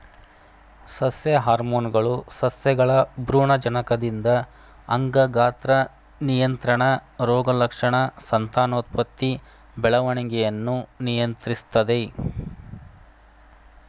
ಸಸ್ಯ ಹಾರ್ಮೋನ್ಗಳು ಸಸ್ಯಗಳ ಭ್ರೂಣಜನಕದಿಂದ ಅಂಗ ಗಾತ್ರ ನಿಯಂತ್ರಣ ರೋಗಲಕ್ಷಣ ಸಂತಾನೋತ್ಪತ್ತಿ ಬೆಳವಣಿಗೆಯನ್ನು ನಿಯಂತ್ರಿಸ್ತದೆ